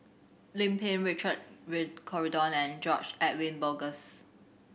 Lim Pin Richard Corridon and George Edwin Bogaars